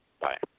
Bye